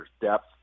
depth